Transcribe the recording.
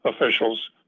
officials